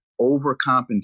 overcompensate